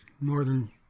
northern